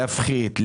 להפחית,